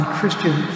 Christian